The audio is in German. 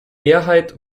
mehrheit